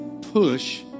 push